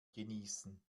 genießen